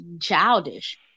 childish